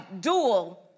dual